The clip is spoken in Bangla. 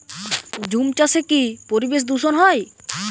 ঝুম চাষে কি পরিবেশ দূষন হয়?